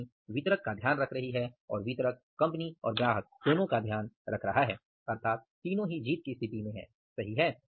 company वितरक का ध्यान रख रही है और वितरक कंपनी और ग्राहकों दोनों का ध्यान रख रहा है अर्थात तीनो जीत की स्थिति में है सही हैं